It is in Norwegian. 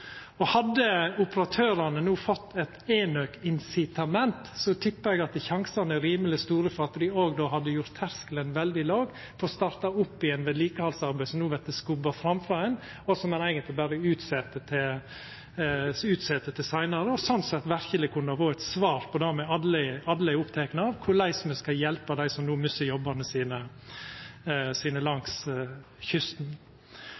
Hadde operatørane no fått eit enøkincitament, tippar eg at sjansen er rimeleg stor for at dei då hadde gjort terskelen veldig låg for å starta opp igjen vedlikehaldsarbeid som no vert skubba framfor ein, og som ein eigentleg berre utset til seinare. Sånn sett kunne det verkeleg ha vore eit svar på det me alle er opptekne av – korleis me skal hjelpa dei som no mistar jobbane sine langs kysten.